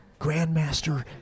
Grandmaster